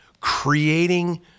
creating